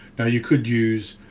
now you could use